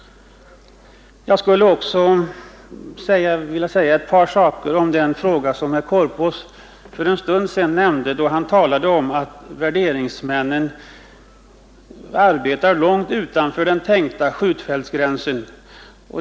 Jag skulle också vilja säga ett par saker om den fråga som herr Korpås för en stund sedan tog upp, nämligen det förhållandet att värderingsmännen arbetar långt utanför den tänkta skjutfältsgränsen.